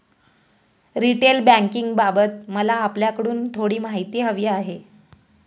retail बँकिंगबाबत मला आपल्याकडून थोडी माहिती हवी आहे